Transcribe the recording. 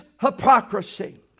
hypocrisy